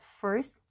first